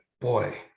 boy